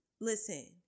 Listen